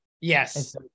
yes